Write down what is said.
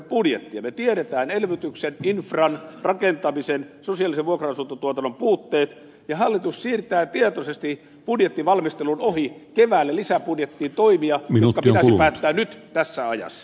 me tiedämme elvytyksen infran rakentamisen sosiaalisen vuokra asuntotuotannon puutteet mutta hallitus siirtää tietoisesti budjettivalmistelun ohi keväälle lisäbudjettiin toimia jotka pitäisi päättää nyt tässä ajassa